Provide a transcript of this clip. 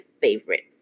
favorite